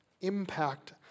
impact